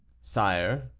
Sire